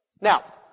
Now